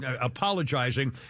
apologizing